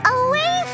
away